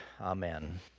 Amen